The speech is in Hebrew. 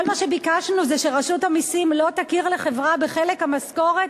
כל מה שביקשנו זה שרשות המסים לא תכיר לחברה בחלק המשכורת